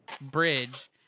bridge